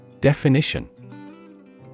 Definition